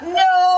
no